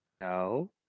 no